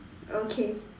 okay